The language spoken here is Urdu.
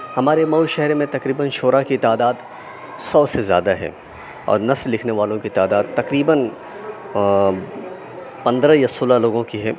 ہمارے مئو شہر میں تقریباً شعراء کی تعداد سو سے زیادہ ہے اور نثر لکھنے والوں کی تعداد تقریباً آ پندرہ یا سولہ لوگوں کی ہے